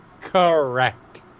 correct